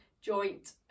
Joint